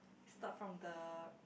start from the